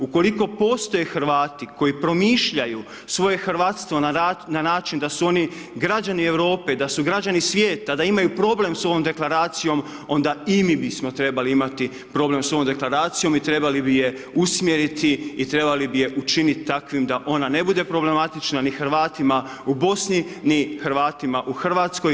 Ukoliko postoji Hrvati koji promišljaju svoje Hrvatstvo na način da su oni građani Europe, da su građani svijeta da imaju problem s ovom Deklaracijom onda i mi bismo trebali imati problem s ovom Deklaracijom i trebali bi je usmjeriti i trebali bi je učinit takvim da ona ne bude problematična ni Hrvatima u Bosni ni Hrvatima u Hrvatskoj.